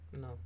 No